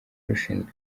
rushinzwe